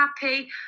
happy